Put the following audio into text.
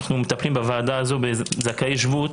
אנחנו מטפלים בוועדה הזו בזכאי שבות,